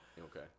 Okay